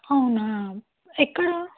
అవునా ఎక్కడా